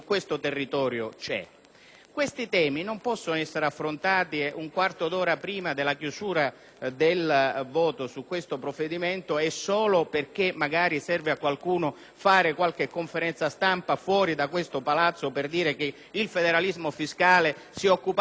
Questi temi non possono essere affrontati un quarto d'ora prima della votazione finale di questo provvedimento e solo perché magari serve a qualcuno fare qualche conferenza-stampa fuori da questo Palazzo per dire che il federalismo fiscale si è occupato anche di Roma capitale.